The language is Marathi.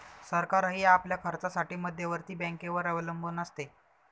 सरकारही आपल्या खर्चासाठी मध्यवर्ती बँकेवर अवलंबून असते